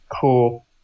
Cool